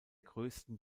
größten